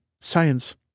Science